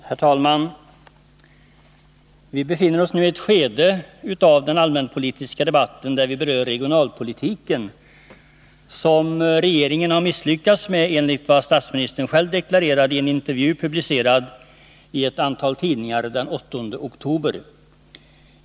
Herr talman! Vi befinner oss nu i ett skede av den allmänpolitiska debatten där vi berör regionalpolitiken, som regeringen misslyckats med enligt vad statsministern själv deklarerade i en intervju publicerad i ett antal tidningar den 8 oktober.